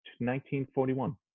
1941